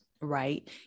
right